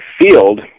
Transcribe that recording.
field